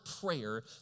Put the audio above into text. prayer